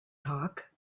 talk